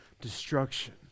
destruction